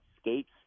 skates